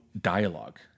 dialogue